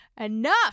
enough